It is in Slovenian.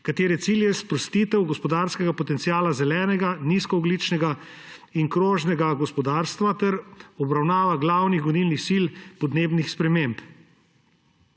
katere cilj je sprostitev gospodarskega potenciala zelenega, nizkoogljičnega in krožnega gospodarstva ter obravnava glavnih gonilnih sil podnebnih sprememb.